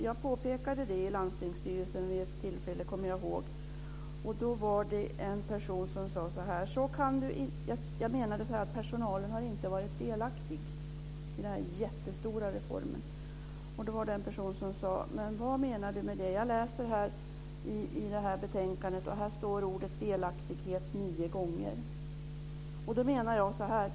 Jag påpekade det vid ett tillfälle i landstingsstyrelsen och menade att personalen inte hade varit delaktig i den enormt stora reformen. Då var det en person som undrade vad jag menade med det och sade att ordet delaktighet stod med i betänkandet nio gånger.